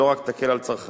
שלא רק תקל על צרכנים